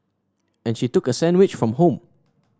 and she took a sandwich from home